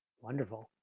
wonderful.